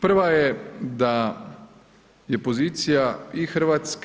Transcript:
Prva je da je pozicija i RH,